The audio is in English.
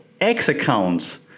X-accounts